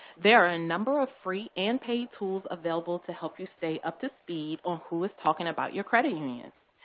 there are a number of free and paid tools available to help you stay up to speed on who is talking about your credit union.